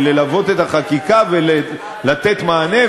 את תאמרי את הדברים, לא תוכל לענות לי?